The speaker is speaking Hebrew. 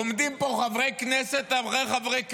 עומדים פה חברי כנסת אחרי חברי כנסת,